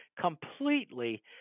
completely